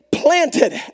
Planted